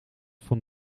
van